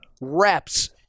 reps